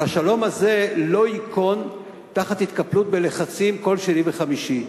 אבל השלום הזה לא ייכון תחת התקפלות בלחצים כל שני וחמישי.